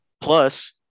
Plus